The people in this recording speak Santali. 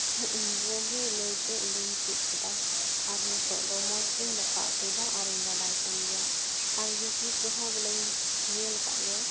ᱤᱧ ᱜᱚᱜᱚ ᱜᱮ ᱞᱟᱹᱭ ᱛᱮ ᱤᱧ ᱫᱚᱧ ᱪᱮᱫ ᱠᱮᱫᱟ ᱟᱨ ᱱᱤᱛᱚᱜ ᱫᱚ ᱢᱚᱡᱽ ᱜᱤᱧ ᱫᱟᱠᱟ ᱩᱛᱩᱭᱫᱟ ᱟᱨᱤᱧ ᱵᱟᱰᱟᱭ ᱠᱟᱱ ᱜᱮᱭᱟ ᱟᱨ ᱤᱭᱩᱴᱩᱵᱽ ᱨᱮᱦᱚᱸ ᱵᱚᱞᱮᱧ ᱧᱮᱞ ᱠᱟᱜ ᱜᱮᱭᱟ